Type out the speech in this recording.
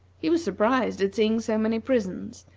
he was surprised at seeing so many prisons,